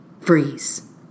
freeze